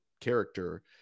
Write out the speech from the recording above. character